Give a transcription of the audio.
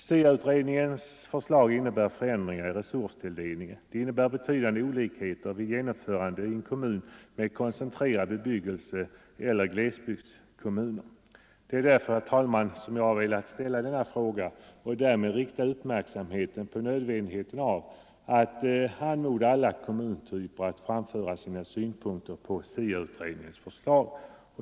SIA-utredningens förslag innebär förändringar i resurstilldelningen. Det innebär betydande olikheter vid genomförande i kommuner med koncentrerad bebyggelse och i glesbygdskommuner. Det är därför, herr talman, som jag velat ställa denna fråga och därmed rikta uppmärksamheten på nödvändigheten av att man anmodar alla kommuntyper att framföra sina synpunkter på SIA-utredningens förslag.